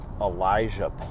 Elijah